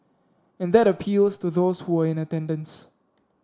and that appeals to those who were in attendance